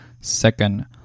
Second